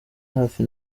hafi